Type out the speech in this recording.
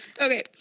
Okay